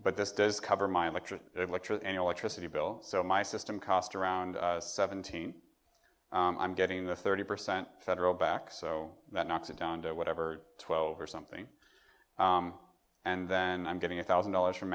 but this does cover my electric electric any electricity bill so my system cost around seventeen i'm getting the thirty percent federal back so that knocks it down to whatever twelve or something and then i'm getting a thousand dollars from